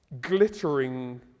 glittering